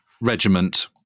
regiment